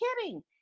kidding